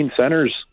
centers